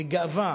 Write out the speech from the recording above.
בגאווה,